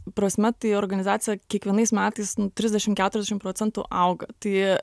prasme tai organizacija kiekvienais metais nu trisdešim keturiasdešim procentų auga tai